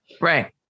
Right